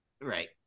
right